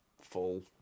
full